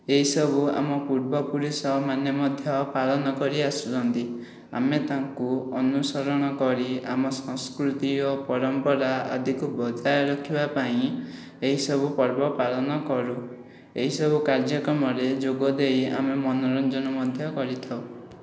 ଏହିସବୁ ଆମ ପୂର୍ବ ପୁରୁଷମାନେ ମଧ୍ୟ ପାଳନ କରି ଆସୁଛନ୍ତି ଆମେ ତାଙ୍କୁ ଅନୁସରଣ କରି ଆମ ସଂସ୍କୃତି ଓ ପରମ୍ପରା ଆଦିକୁ ବଜାୟ ରଖିବା ପାଇଁ ଏହି ସବୁ ପର୍ବ ପାଳନ କରୁ ଏହି ସବୁ କାର୍ଯ୍ୟକ୍ରମରେ ଯୋଗ ଦେଇ ଆମେ ମନୋରଞ୍ଜନ ମଧ୍ୟ କରିଥାଉ